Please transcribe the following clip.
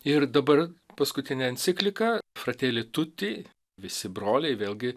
ir dabar paskutinė enciklika frateli tuti visi broliai vėlgi